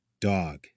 dog